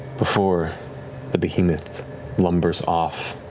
before the behemoth lumbers off,